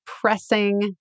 pressing